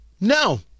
no